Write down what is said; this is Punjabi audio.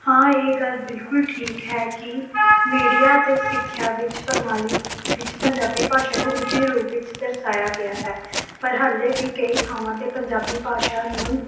ਹਾਂ ਇਹ ਗੱਲ ਬਿਲਕੁਲ ਠੀਕ ਹੈ ਕਿ ਮੀਡੀਆ ਅਤੇ ਸਿੱਖਿਆ ਵਿੱਚ ਪ੍ਰਣਾਲੀ ਵਿੱਚ ਪੰਜਾਬੀ ਭਾਸ਼ਾ ਨੂੰ ਉੱਚੇ ਰੂਪ ਵਿੱਚ ਦਰਸਾਇਆ ਗਿਆ ਹੈ ਪਰ ਹਾਲੇ ਵੀ ਕਈ ਥਾਵਾਂ 'ਤੇ ਪੰਜਾਬੀ ਭਾਸ਼ਾ ਨੂੰ